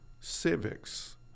civics